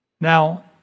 Now